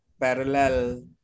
parallel